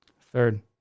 Third